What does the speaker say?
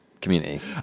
community